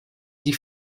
die